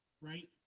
right